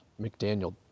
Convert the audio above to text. McDaniel